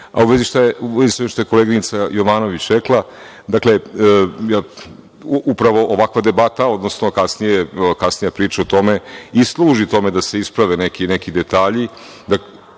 sa ovim što je koleginica Jovanović rekla, upravo ovakva debata, odnosno kasnija priča o tome i služi tome da se isprave neki detalji…(Nataša